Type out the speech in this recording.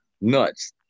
nuts